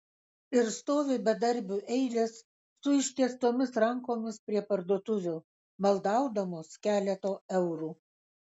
ir stovi bedarbių eilės su ištiestomis rankomis prie parduotuvių maldaudamos keleto eurų